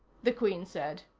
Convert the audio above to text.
the queen said.